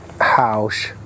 house